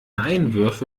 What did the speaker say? einwürfe